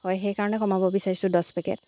হয় সেইকাৰণে কমাব বিচাৰিছোঁ দহ পেকেট